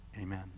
Amen